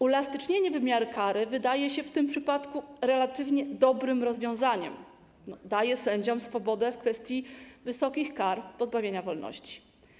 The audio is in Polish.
Uelastycznienie wymiaru kary wydaje się w tym przypadku relatywnie dobrym rozwiązaniem, daje sędziom swobodę w kwestii wysokich kar pozbawienia wolności.